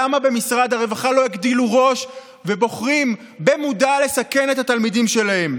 למה במשרד הרווחה לא הגדילו ראש ובוחרים במודע לסכן את התלמידים שלהם?